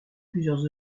plusieurs